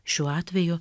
šiuo atveju